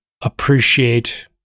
appreciate